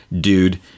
dude